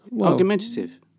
argumentative